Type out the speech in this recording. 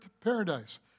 paradise